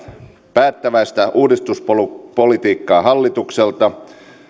päättäväistä uudistuspolitiikkaa hallitukselta